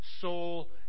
soul